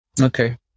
Okay